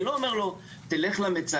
אני לא אומר לו: תלך למצדה,